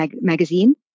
magazine